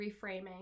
reframing